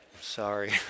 sorry